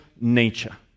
nature